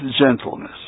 gentleness